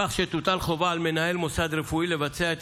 כך שתוטל חובה על מנהל מוסד רפואי לבצע את